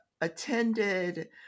attended